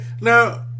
Now